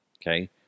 Okay